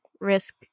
risk